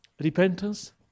Repentance